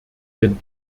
denn